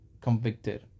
convicted